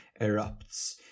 erupts